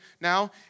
now